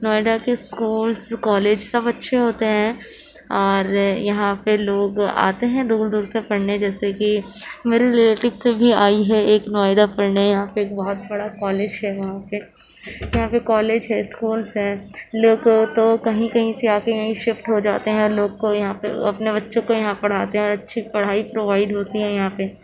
نوئیڈا کے schools college سب اچھے ہوتے ہیں اور یہاں پہ لوگ آتے ہیں دور دور سے پڑھنے جیسے کہ میرے رلیٹیو سے بھی آئی ہے ایک نوئیڈا پڑھنے یہاں پہ ایک بہت بڑا کالج ہے وہاں پہ یہاں پہ کالج ہے اسکولس ہیں لوگ تو کہیں کہیں سے آ کے یہیں شفٹ ہو جاتے ہیں لوگوں کو یہاں پہ اپنے بچوں کو یہاں پڑھاتے ہیں اچھی پڑھائی پروائڈ ہوتی ہے یہاں پہ